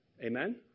Amen